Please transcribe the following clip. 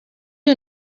you